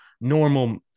normal